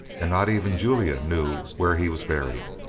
and not even julia knew where he was buried.